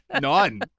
None